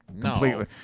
completely